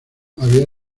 había